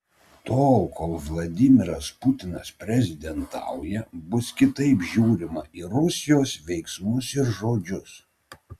tol kol vladimiras putinas prezidentauja bus kitaip žiūrima į rusijos veiksmus ir žodžius